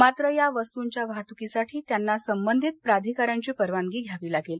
मात्र या वस्तूंच्या वाहतुकीसाठी त्यांना संबंधित प्राधिकाऱ्यांची परवानगी घ्यावी लागेल